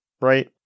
right